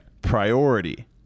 priority